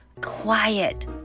Quiet